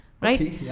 right